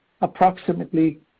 approximately